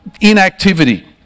inactivity